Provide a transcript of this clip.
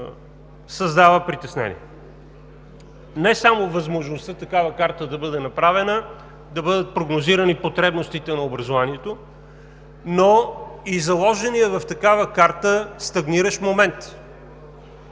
създава притеснение? Не само възможността такава карта да бъде направена, да бъдат прогнозирани потребностите на образованието, но и заложения в такава карта стагниращ момент.